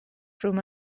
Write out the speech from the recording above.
through